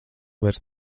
vairs